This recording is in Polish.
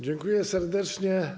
Dziękuję serdecznie.